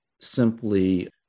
simply